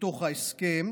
מתוך ההסכם